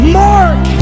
mark